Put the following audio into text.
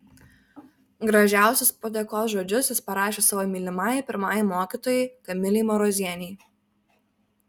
gražiausius padėkos žodžius jis parašė savo mylimai pirmajai mokytojai kamilei marozienei